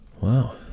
wow